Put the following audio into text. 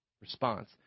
response